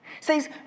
says